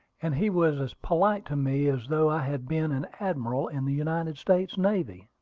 and he was as polite to me as though i had been an admiral in the united states navy.